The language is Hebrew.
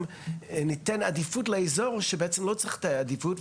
ניתן עדיפות לאזור שבעצם לא צריך את העדיפות,